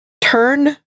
turn